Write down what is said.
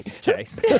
Chase